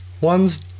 ones